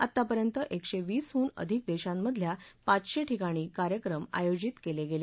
आतापर्यंत एकशे वीस हून अधिक देशांमधल्या पाचशे ठिकाणी कार्यक्रम आयोजित केले गेले